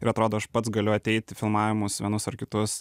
ir atrodo aš pats galiu ateit į filmavimus vienus ar kitus